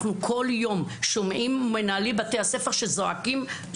אנחנו בכל יום שומעים ממנהלי בתי הספר של החינוך